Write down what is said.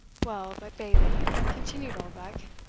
well, but, bailie, continued oldbuck,